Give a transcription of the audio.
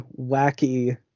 wacky